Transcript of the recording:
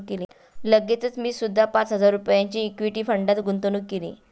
लगेचच मी सुद्धा पाच हजार रुपयांची इक्विटी फंडात गुंतवणूक केली